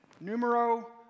numero